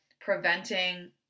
preventing